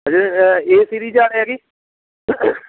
ਅਜੇ ਏ ਸਿਰੀਜ ਵਾਲੇ ਆ ਜੀ